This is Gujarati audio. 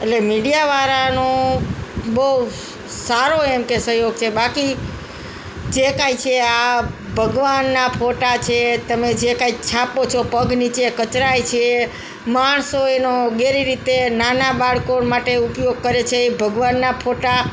એટલે મીડિયાવાળાનું બહુ સારો એમ કે સહયોગ છે બાકી જે કાંઇ છે આ ભગવાનના ફોટા છે તમે જે કાંઈ છાપો છો પગ નીચે કચડાય છે માણસો એવો ગેર રીતે નાના બાળકો માટે ઉપયોગ કરે છે ભગવાનાના ફોટા